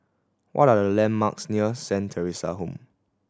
what are the landmarks near Saint Theresa Home